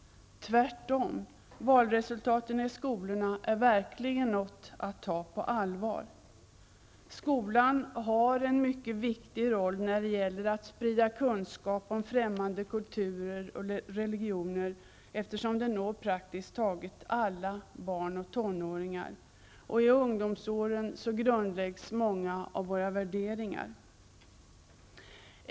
Tvärtom -- valresultaten i skolorna är verkligen något att ta på allvar. Skolan har en mycket viktig roll när det gäller att sprida kunskap om främmande kulturer och religioner, eftersom den når praktiskt taget alla barn och tonåringar. I ungdomsåren grundläggs många av våra värderingar.